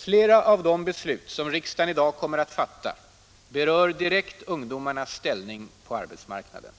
Flera av de beslut — 16 december 1976 riksdagen i dag kommer att fatta berör direkt ungdomarnas ställning på arbetsmarknaden.